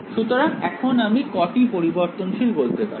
সুতরাং এখন আমি কটি পরিবর্তনশীল বলতে পারি